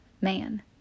man